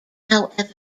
however